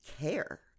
care